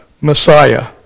Messiah